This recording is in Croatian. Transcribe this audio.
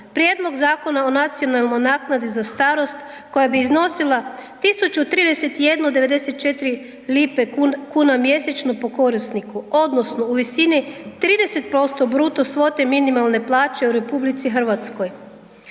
Prijedlog Zakona o nacionalnoj naknadi za starost koja bi iznosila 1031,94 kn mjesečno po korisniku odnosno u visini 30% bruto svote minimalne plaće u RH.